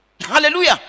Hallelujah